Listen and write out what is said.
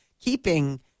keeping